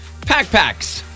packpacks